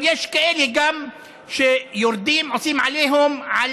יש גם כאלה שיורדים, עושים עליהום על